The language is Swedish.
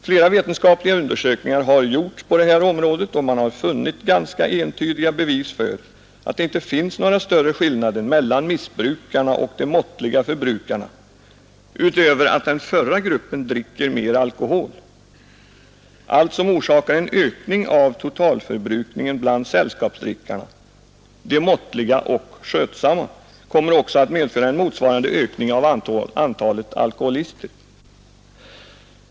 Flera vetenskapliga undersökningar har gjorts på detta område, och man har funnit ganska entydiga bevis för att det inte finns några större skillnader mellan missbrukarna och de måttliga förbrukarna utöver att den förra gruppen dricker mer alkohol. Allt som orsakar en ökning av totalförbrukningen bland sällskapsdrickarna, de måttliga och skötsamma kommer också att medföra en motsvarande ökning av antalet alkoholister.